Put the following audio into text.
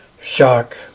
shock